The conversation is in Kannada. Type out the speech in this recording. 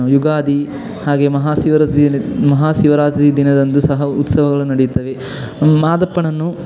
ಯುಗಾದಿ ಹಾಗೇ ಮಹಾಶಿವರಾತ್ರಿಯಲ್ಲಿ ಮಹಾಶಿವರಾತ್ರಿ ದಿನದಂದೂ ಸಹ ಉತ್ಸವಗಳು ನಡೆಯುತ್ತವೆ ಮಾದಪ್ಪನನ್ನು